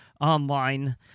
online